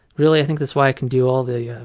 really i think that's why i can do all the yeah